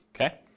okay